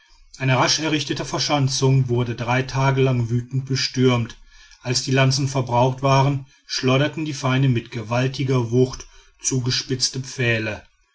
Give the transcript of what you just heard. eine rasch errichtete verschanzung wurde drei tage lang wütend bestürmt als die lanzen verbraucht waren schleuderten die feinde mit gewaltiger wucht zugespitzte pfähle